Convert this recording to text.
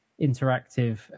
interactive